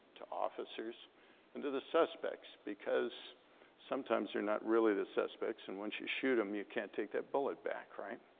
to officers and to the suspects, because sometimes they're not really the suspects and once you shoot them you can't take that bullet back, right?